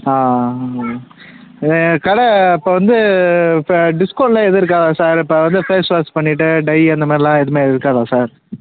கடை இப்போ வந்து இப்போ டிஸ்கவுண்ட்லாம் எதுவும் இருக்காதா சார் இப்போ வந்து ஃபேஸ் வாஷ் பண்ணிட்டு டை அந்தமாதிரிலாம் எதுவுமே இருக்காதா சார்